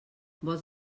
vols